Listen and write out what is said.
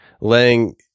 laying